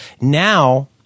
now